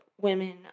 women